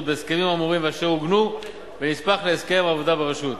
בהסכמים האמורים ואשר עוגנו בנספח להסכם העבודה ברשות.